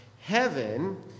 Heaven